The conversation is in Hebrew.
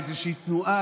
מאיזושהי תנועה,